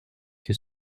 que